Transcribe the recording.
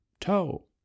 toe